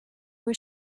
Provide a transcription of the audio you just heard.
was